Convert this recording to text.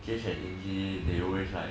james and izzie they always like